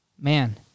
Man